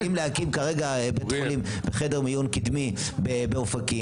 רוצים להקים כרגע חדר מיון קידמי באופקים.